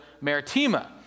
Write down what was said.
Maritima